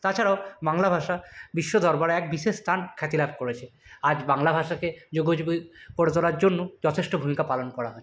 তাছাড়াও বাংলা ভাষা বিশ্ব দরবারে এক বিশেষ স্থান খ্যাতিলাভ করেছে আজ বাংলা ভাষাকে করে তোলার জন্য যথেষ্ট ভূমিকা পালন করা হচ্ছে